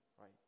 right